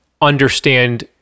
understand